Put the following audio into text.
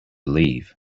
leave